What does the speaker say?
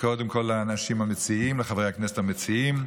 קודם כול לאנשים המציעים, לחברי הכנסת המציעים,